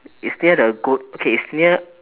it's the near the goat okay it's near